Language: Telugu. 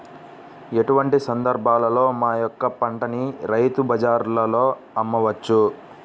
ఎటువంటి సందర్బాలలో మా యొక్క పంటని రైతు బజార్లలో అమ్మవచ్చు?